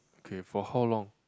okay for how long